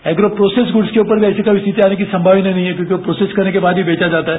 agro process goods के ऊपर भी ऐसी कोई स्थिति आने की संमावना नहीं है क्यॉकि वह प्रोसेस करने के बाद बेचा जाता है